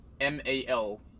M-A-L